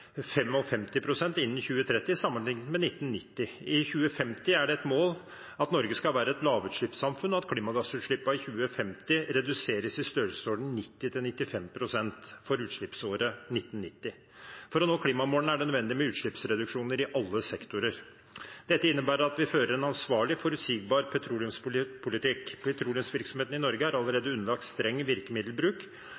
innen 2030 sammenlignet med 1990. I 2050 er det et mål at Norge skal være et lavutslippssamfunn, og at klimagassutslippene i 2050 reduseres i størrelsesordenen 90–95 pst. sammenlignet med utslippsåret 1990. For å nå klimamålene er det nødvendig med utslippsreduksjoner i alle sektorer. Dette innebærer at vi fører en ansvarlig, forutsigbar petroleumspolitikk. Petroleumsvirksomheten i Norge er